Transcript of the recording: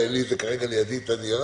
אין לי כרגע לידי את הנייר